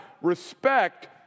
respect